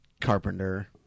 carpenter